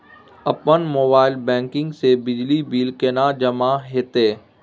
अपन mobile banking से बिजली बिल केने जमा हेते?